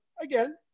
Again